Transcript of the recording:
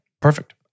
Perfect